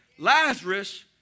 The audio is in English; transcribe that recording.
Lazarus